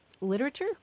literature